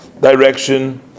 direction